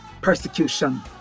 persecution